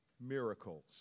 miracles